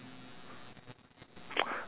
!wah! shucks think I'm gonna be late but oh well